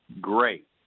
great